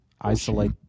isolate